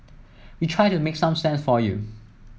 we try to make some sense for you